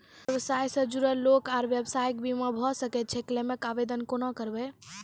व्यवसाय सॅ जुड़ल लोक आर व्यवसायक बीमा भऽ सकैत छै? क्लेमक आवेदन कुना करवै?